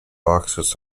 boxes